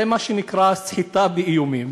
זה מה שנקרא סחיטה באיומים,